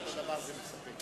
בהתאם לסעיף